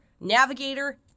navigator